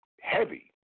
heavy